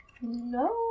No